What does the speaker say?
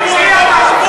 מי אתה?